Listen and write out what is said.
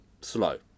slow